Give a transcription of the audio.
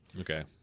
Okay